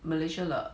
malaysia 了